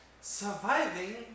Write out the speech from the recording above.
Surviving